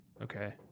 Okay